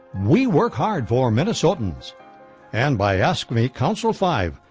we work hard for minnesotans and by ask me council five,